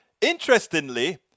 Interestingly